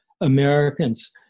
Americans